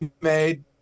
made